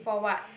for what